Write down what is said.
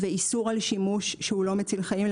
ואיסור על שימוש שהוא לא מציל חיים,